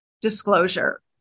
disclosure